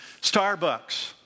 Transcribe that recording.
Starbucks